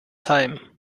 heim